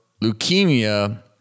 leukemia